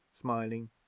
smiling